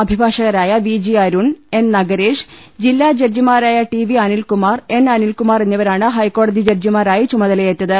അഭിഭാഷകരായ V G Arun N Nagaresh ജില്ലാ ജഡ്ജിമാരായ T V Anilkumar N Anilkumar എന്നിവരാണ് ഹൈക്കോടതി ജഡ് ജിമാരായി ചുമതലയേറ്റത്